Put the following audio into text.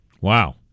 Wow